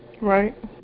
Right